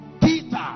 Peter